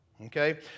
okay